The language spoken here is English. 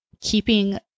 keeping